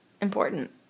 important